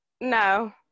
no